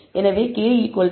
எனவே k 1